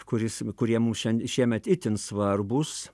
kuris kurie mums šian šiemet itin svarbūs